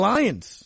Lions